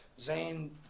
Zane